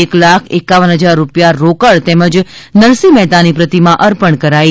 એક લાખ એકાવન હજાર રૂપિયા રોકડ તેમજ નરસિંહ મહેતાની પ્રતિમા અર્પણ કરાઇ